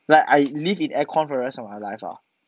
like I live in aircon for the rest of my life ah